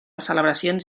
celebracions